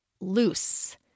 loose